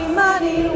money